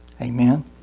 Amen